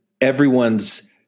everyone's